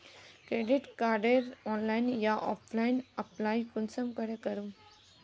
Credit कार्डेर online या offline apply कुंसम करे करूम?